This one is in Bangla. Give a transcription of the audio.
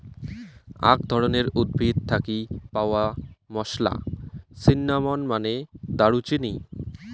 আক ধরণের উদ্ভিদ থাকি পাওয়া মশলা, সিন্নামন মানে দারুচিনি